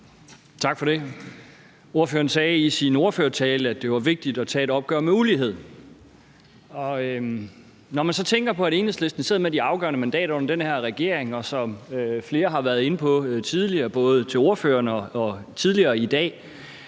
Tak for det. Ordføreren sagde i sin ordførertale, at det var vigtigt at tage et opgør med uligheden. Når man så tænker på, at Enhedslisten sidder med de afgørende mandater under den her regering – flere andre, herunder ordføreren, har været inde på det tidligere i dag